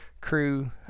crew